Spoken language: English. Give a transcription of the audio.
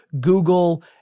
Google